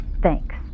thanks